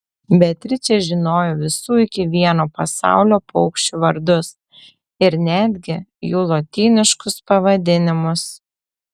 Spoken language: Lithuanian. beatričė žinojo visų iki vieno pasaulio paukščių vardus ir netgi jų lotyniškus pavadinimus